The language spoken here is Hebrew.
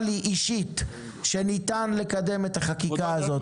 לי אישית שניתן לקדם את החקיקה הזאת --- אבל כבודו,